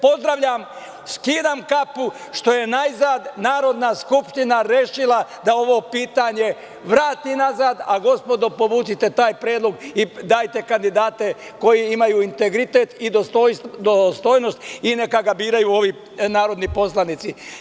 Pozdravljam, skidam kapu što je najzad Narodna skupština rešila da ovo pitanje vrati nazad, a gospodo povucite taj predlog i dajte kandidate koji imaju integritet i dostojnost i neka ga biraju narodni poslanici.